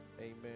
Amen